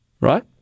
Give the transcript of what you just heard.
Right